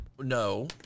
No